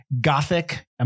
Gothic